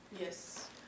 Yes